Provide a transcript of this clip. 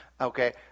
Okay